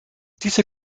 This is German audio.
diese